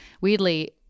weirdly